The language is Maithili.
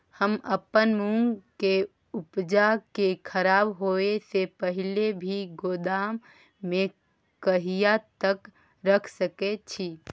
हम अपन मूंग के उपजा के खराब होय से पहिले ही गोदाम में कहिया तक रख सके छी?